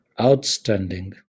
outstanding